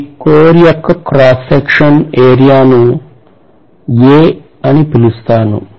ఈ కోర్ యొక్క cross section ఏరియాను A గా పిలుస్తాను